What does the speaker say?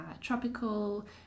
tropical